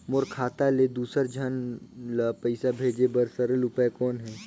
मोर खाता ले दुसर झन ल पईसा भेजे बर सरल उपाय कौन हे?